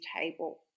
table